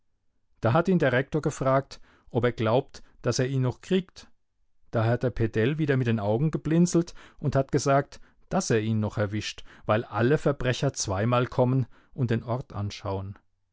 da hat ihn der rektor gefragt ob er glaubt daß er ihn noch kriegt da hat der pedell wieder mit den augen geblinzelt und hat gesagt daß er ihn noch erwischt weil alle verbrecher zweimal kommen und den ort anschauen